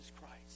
Christ